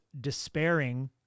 despairing